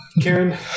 Karen